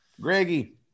Greggy